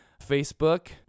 Facebook